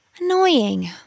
Annoying